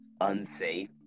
unsafe